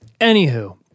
Anywho